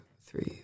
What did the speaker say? three